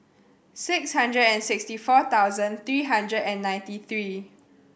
six hundred and sixty four thousand three hundred and ninety three